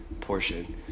portion